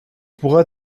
pourra